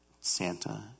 Santa